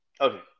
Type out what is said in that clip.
Okay